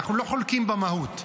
אנחנו לא חולקים במהות.